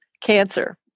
cancer